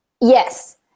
Yes